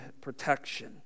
protection